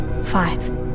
Five